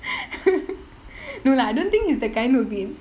no lah I don't think he's the kind to be